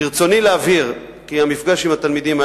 ברצוני להבהיר כי המפגש עם התלמידים היה